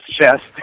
chest